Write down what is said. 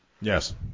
Yes